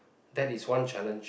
that is one challenge